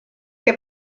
que